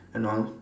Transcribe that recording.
and all